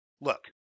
Look